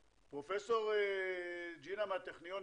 פרופ' ג'ינה מהטכניון,